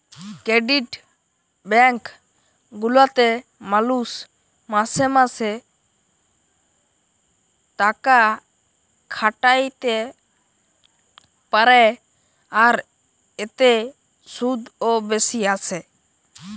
credit bank গুলাতে মালুষ মাসে মাসে তাকাখাটাতে পারে, আর এতে শুধ ও বেশি আসে